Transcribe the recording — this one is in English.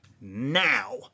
Now